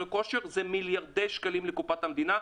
כושר זה מיליארדי שקלים לקופת המדינה,